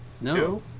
No